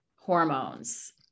Hormones